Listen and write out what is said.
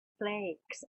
flakes